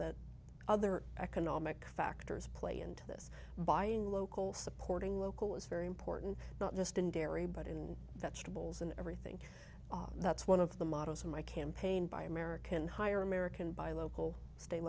that other economic factors play into this buying local supporting local is very important not just in dairy but in that stables and everything that's one of the models in my campaign by american higher american buy local stay